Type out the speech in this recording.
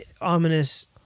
ominous